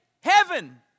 heaven